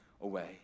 away